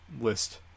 list